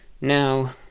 Now